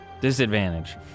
Disadvantage